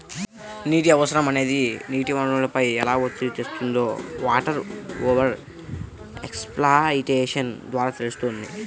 నీటి అవసరం అనేది నీటి వనరులపై ఎలా ఒత్తిడి తెస్తుందో వాటర్ ఓవర్ ఎక్స్ప్లాయిటేషన్ ద్వారా తెలుస్తుంది